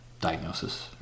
diagnosis